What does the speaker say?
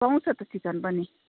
पाउँछ त चिकन पनि